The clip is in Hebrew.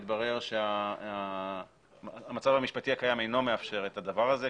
התברר שהמצב המשפטי הקיים אינו מאפשר את הדבר הזה,